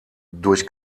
durch